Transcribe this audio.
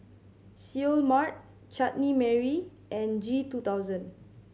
Seoul Mart Chutney Mary and G two thousand